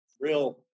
real